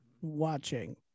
watching